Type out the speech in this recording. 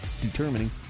determining